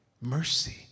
Mercy